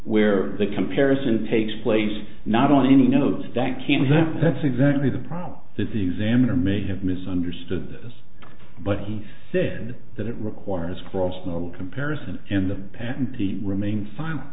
where the comparison takes place not on any notes that can help that's exactly the problem that the examiner may have misunderstood this but he said that it requires cross no comparison in the patentee remain silent